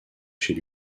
chez